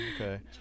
okay